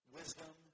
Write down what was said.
wisdom